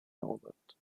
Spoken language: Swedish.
något